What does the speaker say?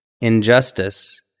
injustice